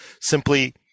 simply